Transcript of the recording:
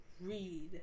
read